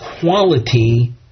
quality